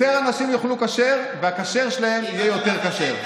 יותר אנשים, יאכלו כשר, והכשר שלהם יהיה יותר כשר.